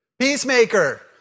Peacemaker